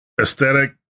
aesthetic